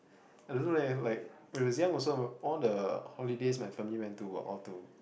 I don't know leh like when I was young also all the holidays my family went to were all to